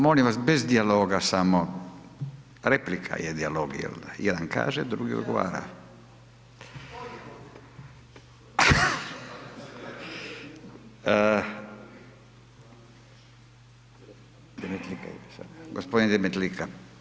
Molim vas bez dijaloga samo, replika je dijalog jel da, jedan kaže, drugi odgovara. g. Demetlika.